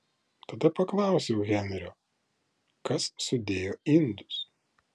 tada paklausiau henrio kas sudėjo indus